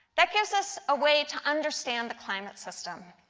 that gives us a way to understand the climate system.